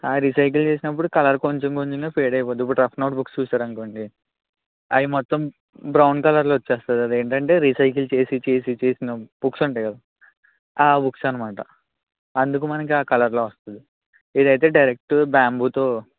recycle చేసినప్పుడు colour కొంచెం కొంచెంగా ఫేడ్ అయిపోద్ది ఇప్పుడు రఫ్ నోట్ బుక్స్ చూసారు అనుకోండి అవి మొత్తం బ్రౌన్ కలర్లో వస్తుంస్తది అది ఏంటంటే రీసైకిల్ చేసి చేసి చేసిన బుక్స్ ఉంటాయి కదా ఆ బుక్స్ అన్నమాట అందుకు మనకు ఆ కలర్లో వస్తుంది ఇదైతే డైరెక్ట్ బ్యాంబూతో